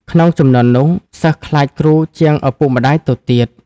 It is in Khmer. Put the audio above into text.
ក្នុងជំនាន់នោះ សិស្សខ្លាចគ្រូជាងឪពុកម្ដាយទៅទៀត ។